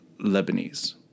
Lebanese